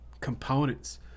components